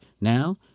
now